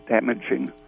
damaging